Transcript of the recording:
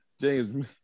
James